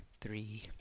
three